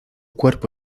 cuerpo